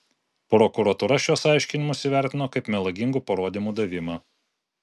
prokuratūra šiuos aiškinimus įvertino kaip melagingų parodymų davimą